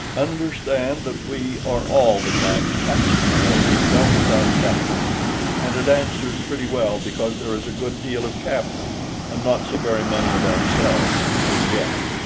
understand that we are all the time patching our income with our capital and it answers pretty well because there is a good deal of capital and not so very many of ourselves, as yet.